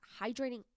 hydrating